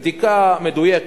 בבדיקה מדויקת,